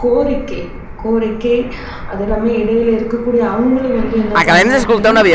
கோரிக்கை கோரிக்கை அது இல்லாமல் இடையில இருக்கக்கூடிய அவங்களும் வந்து என்ன பண்ணணும் அப்படின்னா